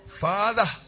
Father